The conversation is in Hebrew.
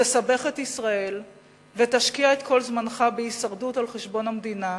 תסבך את ישראל ותשקיע את כל זמנך בהישרדות על-חשבון המדינה,